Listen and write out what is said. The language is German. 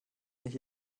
nicht